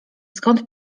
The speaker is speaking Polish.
skąd